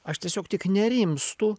aš tiesiog tik nerimstu